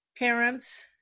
parents